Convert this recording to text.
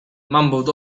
mumbled